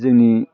जोंनि